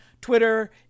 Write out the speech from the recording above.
Twitter